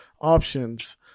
options